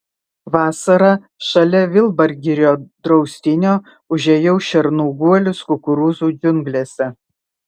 vasarą šalia virbalgirio draustinio užėjau šernų guolius kukurūzų džiunglėse